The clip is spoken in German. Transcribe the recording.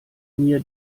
mir